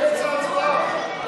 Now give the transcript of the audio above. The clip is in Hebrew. באמצע ההצבעה.